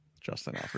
Justin